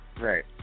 Right